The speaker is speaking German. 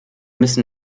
müssen